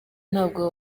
ntabwo